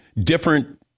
different